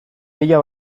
mila